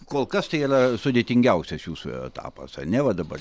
kol kas tai yra sudėtingiausias jūsų etapas ane va dabar